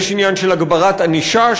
יש עניין של הגברת ענישה,